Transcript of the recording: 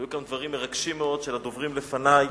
היו כמה דברים מרגשים מאוד של הדוברים לפני.